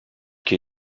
qui